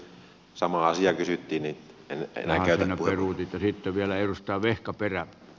samaa asiaa kysyttiin että venäjä toivoo että siitä vielä ennustaa vehkaperä